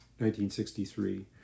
1963